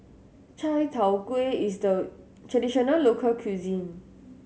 Chai Tow Kuay is a traditional local cuisine